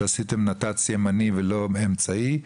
שעשיתם נת"צ ימני ולא אמצעי?